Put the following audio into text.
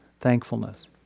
thankfulness